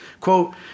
Quote